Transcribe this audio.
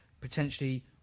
potentially